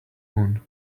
moon